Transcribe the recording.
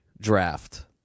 draft